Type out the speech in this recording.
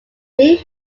main